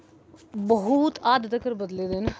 बोह्त हद्ध तकर बदली गेदे न